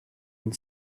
and